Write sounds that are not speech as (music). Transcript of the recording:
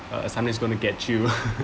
uh something is going to get you (laughs)